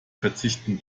verzichten